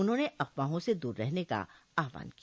उन्होंने अफवाहों से दूर रहने का आह्वान किया